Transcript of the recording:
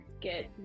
get